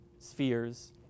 spheres